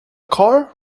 car